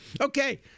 Okay